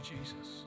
Jesus